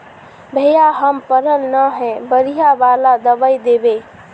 भैया हम पढ़ल न है बढ़िया वाला दबाइ देबे?